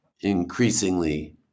increasingly